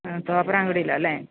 ആ തോപ്പ്രാംകുടിയിൽ ആണ് അല്ലേ